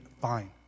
fine